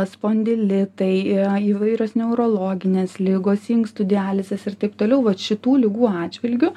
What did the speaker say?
spondilitai įvairios neurologinės ligos inkstų dializės ir taip toliau vat šitų ligų atžvilgiu